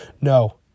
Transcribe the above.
No